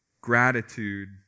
gratitude